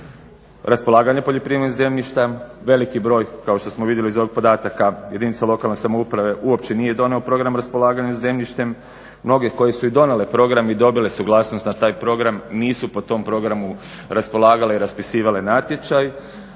raspolaganja poljoprivrednim zemljištem, veliki broj kao što smo vidjeli iz ovih podataka jedinica lokalne samouprave uopće nije donio Program raspolaganja zemljištem. Mnoge koje su i donijele program i dobile suglasnost na taj program nisu po tom programu raspolagale i raspisivale natječaj,